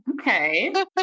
Okay